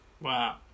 Wow